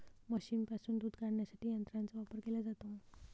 म्हशींपासून दूध काढण्यासाठी यंत्रांचा वापर केला जातो